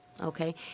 Okay